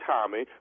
Tommy